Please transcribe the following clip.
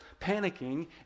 panicking